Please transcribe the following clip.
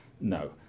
No